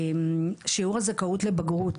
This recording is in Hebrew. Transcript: שיעור הזכאות לבגרות